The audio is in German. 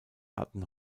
hatten